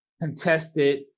contested